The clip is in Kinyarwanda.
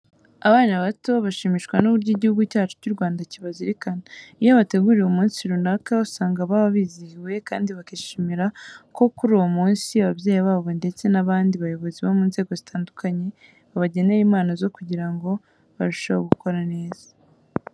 Abana bato bashimishwa n'uburyo Igihugu cyacu cy'u Rwanda kibazirikana. Iyo bateguriwe umunsi runaka, usanga baba bizihiwe kandi bakishimira ko kuri uwo munsi ababyeyi babo ndetse n'abandi bayobozi bo mu nzego zitandukanye babagenera impano zo kugira ngo barusheho gukora neza.